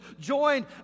joined